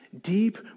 deep